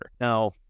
Now